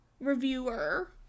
reviewer